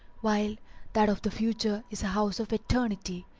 while that of the future is a house of eternity.